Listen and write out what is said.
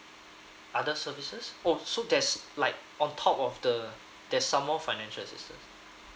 other services oh so there's like on top of the there's some more financial assistance